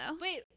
Wait